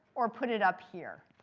or put it up here?